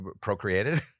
procreated